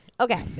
Okay